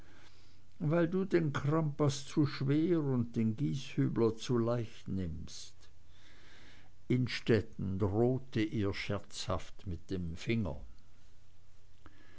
weil du den crampas zu schwer und den gieshübler zu leicht nimmst innstetten drohte ihr scherzhaft mit dem finger